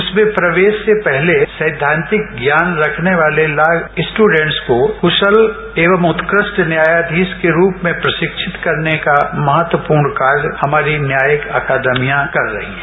उसमें प्रवेश से पहले सैद्वांतिक ज्ञान रखने वाले लॉ स्टूडेंट्स को कुशल एवं उत्कृष्ट न्यायायीश के रूप में प्रशिक्षित करने का महत्वपूर्ण कार्य हमारी न्यायिक अकादमियां कर रही हैं